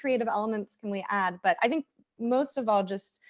creative elements can we add? but i think most of all just,